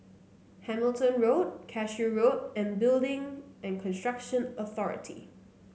Hamilton Road Cashew Road and Building and Construction Authority